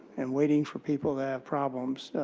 and waiting, for people that have problems,